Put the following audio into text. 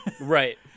Right